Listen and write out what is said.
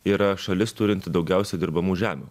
yra šalis turinti daugiausia dirbamų žemių